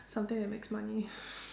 something that makes money